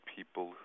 people